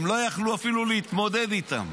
הם לא יכלו אפילו להתמודד איתם,